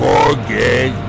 forget